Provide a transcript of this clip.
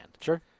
Sure